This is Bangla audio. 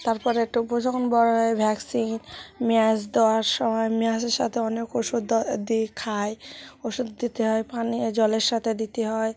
তার পরে একটু যখন বড় হয় ভ্যাকসিন ম্যাশ দেওয়ার সময় ম্যাশের সাথে অনেক ওষুধ দোয়া দিই খায় ওষুধ দিতে হয় পানি জলের সাথে দিতে হয়